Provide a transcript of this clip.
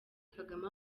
kagame